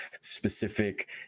specific